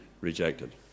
rejected